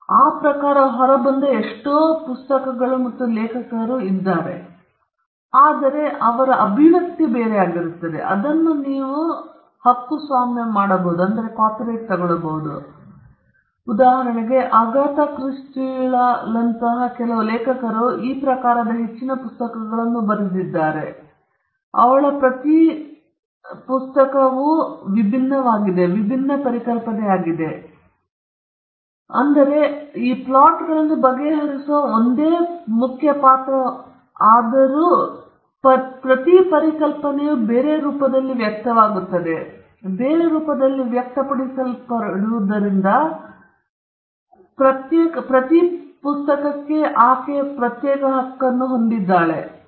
ಆದರೆ ಈ ಪ್ರಕಾರ ಹೊರಬಂದ ಪುಸ್ತಕಗಳ ಸಂಖ್ಯೆ ಮತ್ತು ಲೇಖಕರ ಸಂಖ್ಯೆ ನೋಡಿ ಅಗಾಥಾ ಕ್ರಿಸ್ಟಿಳಂತಹ ಕೆಲವು ಲೇಖಕರು ಈ ಪ್ರಕಾರದ ಹೆಚ್ಚಿನ ಪುಸ್ತಕಗಳನ್ನು ಬರೆದಿದ್ದಾರೆ ಮತ್ತು ಇನ್ನೂ ಪ್ರತಿ ಪುಸ್ತಕವೂ ವಿಭಿನ್ನವಾಗಿದೆ ಇದು ಅದೇ ಪರಿಕಲ್ಪನೆಯಾಗಿರಬಹುದು ಇದು ಈ ಪ್ಲಾಟ್ಗಳನ್ನು ಬಗೆಹರಿಸುವ ಒಂದೇ ಮುಖ್ಯ ಪಾತ್ರವಾಗಿದೆ ಆದಾಗ್ಯೂ ಪ್ರತಿ ಪರಿಕಲ್ಪನೆಯು ಬೇರೆ ರೂಪದಲ್ಲಿ ವ್ಯಕ್ತವಾಗುತ್ತದೆ ಮತ್ತು ಅದು ಬೇರೆ ರೂಪದಲ್ಲಿ ವ್ಯಕ್ತಪಡಿಸಲ್ಪಟ್ಟಿರುವುದರಿಂದ ಪ್ರತಿ ಪರಿಕಲ್ಪನೆಯು ವಿಭಿನ್ನ ರೂಪದಲ್ಲಿ ವ್ಯಕ್ತಪಡಿಸಿದಂತೆ ಪ್ರತ್ಯೇಕ ಹಕ್ಕನ್ನು ಹೊಂದಿರಬಹುದು